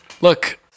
Look